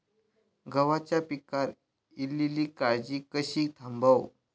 गव्हाच्या पिकार इलीली काजळी कशी थांबव?